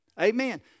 Amen